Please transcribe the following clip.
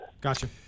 Gotcha